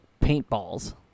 paintballs